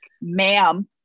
ma'am